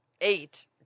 eight